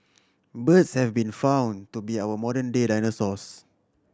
birds have been found to be our modern day dinosaurs